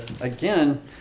again